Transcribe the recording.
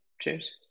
Cheers